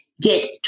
get